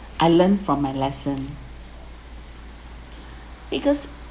I learned from my lesson because